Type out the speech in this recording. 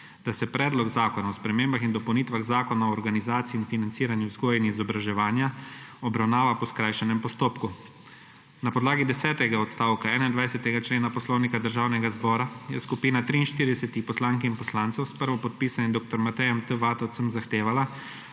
da se Predlog zakona o spremembah in dopolnitvah Zakona o organizaciji in financiranju vzgoje in izobraževanja obravnava po skrajšanem postopku. Na podlagi desetega odstavka 21. člena Poslovnika Državnega zbora je skupina 43. poslank in poslancev s prvo podpisanim dr. Matejem T. Vatovcem zahtevala,